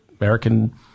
American